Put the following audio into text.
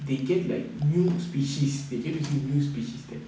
they get like new species they get to see new species that